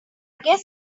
guess